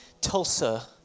Tulsa